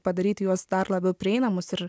padaryti juos dar labiau prieinamus ir